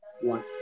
one